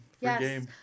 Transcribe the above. Yes